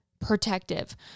protective